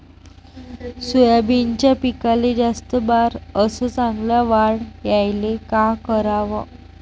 सोयाबीनच्या पिकाले जास्त बार अस चांगल्या वाढ यायले का कराव?